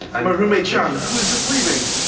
i'm a roommate, sean, who's just leaving.